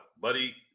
buddy